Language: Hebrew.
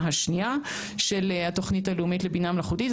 השנייה של התוכנית הלאומית לבינה מלאכותית.